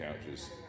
couches